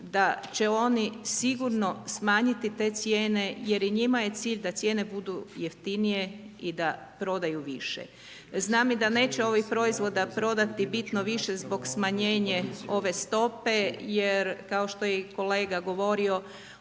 da će oni sigurno smanjiti te cijene, jer i njima je cilj da cijene budu jeftinije i da prodaju više. Znam da neće ovih proizvoda prodati, bitno više zbog smanjenje ove stope, jer kao što je i kolega govorio,